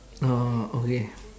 orh okay